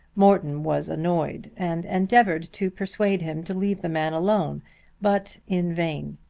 morton was annoyed and endeavoured to persuade him to leave the man alone but in vain.